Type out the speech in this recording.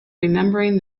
remembering